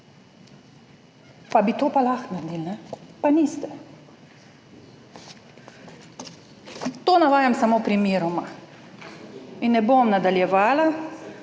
pa bi to pa lahko naredili, ne, pa niste. To navajam samo primeroma in ne bom nadaljevala